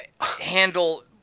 handle